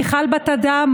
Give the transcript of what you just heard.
מיכל בת אדם,